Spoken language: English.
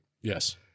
Yes